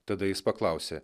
tada jis paklausė